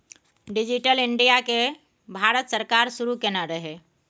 digital India केँ भारत सरकार शुरू केने रहय